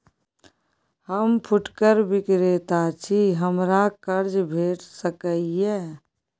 हम फुटकर विक्रेता छी, हमरा कर्ज भेट सकै ये?